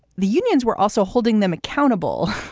the unions were also holding them accountable.